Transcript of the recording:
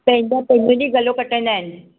पंहिंजा पंहिंजनि जी हि गलो कटींदा आहिनि